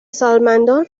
سالمندان